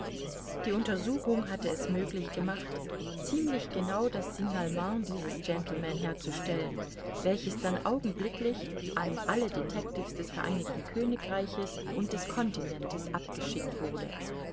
die untersuchung hatte es möglich gemacht ziemlich genau das signalement dieses gentleman herzustellen welches dann augenblicklich an alle detectivs des vereinigten königreiches und des continentes abgeschickt wurde